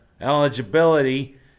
eligibility